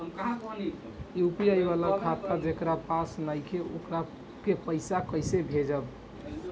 UPI वाला खाता जेकरा पास नईखे वोकरा के पईसा कैसे भेजब?